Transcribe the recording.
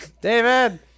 David